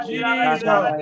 Jesus